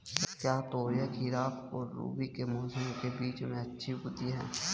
क्या तोरियां खरीफ और रबी के मौसम के बीच में अच्छी उगती हैं?